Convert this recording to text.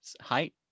height